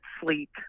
sleep